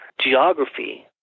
geography